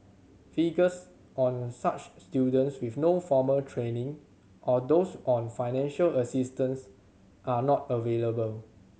figures on such students with no formal training or those on financial assistance are not available